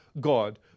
God